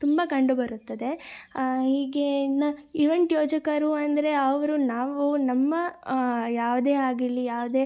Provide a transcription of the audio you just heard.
ತುಂಬ ಕಂಡುಬರುತ್ತದೆ ಹೀಗೆ ಇನ್ನು ಈವೆಂಟ್ ಯೋಜಕರು ಅಂದರೆ ಅವರು ನಾವು ನಮ್ಮ ಯಾವುದೇ ಆಗಿರಲಿ ಯಾವುದೇ